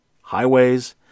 highways